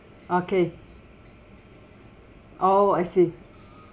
okay oh I see